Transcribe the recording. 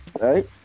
right